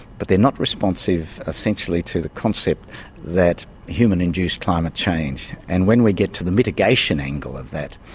but they're not responsive essentially to the concept that human-induced climate change, and when we get to the mitigation angle of that,